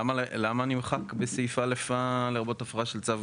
למה נמחק בסעיף (א) "לרבות הפרה של צו